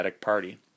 party